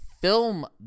film